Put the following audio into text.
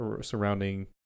surrounding